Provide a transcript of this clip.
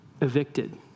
evicted